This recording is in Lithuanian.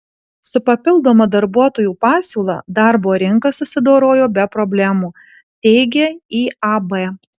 su papildoma darbuotojų pasiūla darbo rinka susidorojo be problemų teigia iab